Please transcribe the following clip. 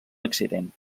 accident